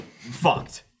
fucked